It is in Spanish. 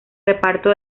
reparto